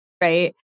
Right